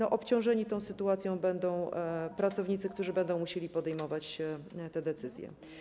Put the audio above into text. Obciążeni tą sytuacją będą pracownicy, którzy będą musieli podejmować decyzje.